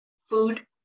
Food